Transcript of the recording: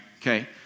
Okay